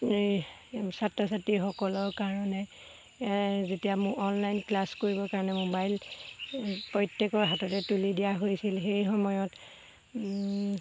ছাত্ৰ ছাত্ৰীসকলৰ কাৰণে যেতিয়া অনলাইন ক্লাছ কৰিবৰ কাৰণে মোবাইল প্ৰত্যেকৰ হাততে তুলি দিয়া হৈছিল সেই সময়ত